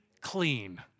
clean